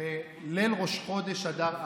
בליל ראש חודש אדר א',